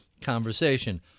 conversation